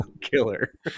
killer